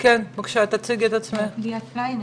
ממובילי לובי המיליון,